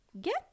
get